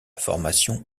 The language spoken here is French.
formation